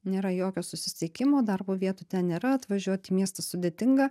nėra jokio susisiekimo darbo vietų ten nėra atvažiuot į miestą sudėtinga